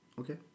okay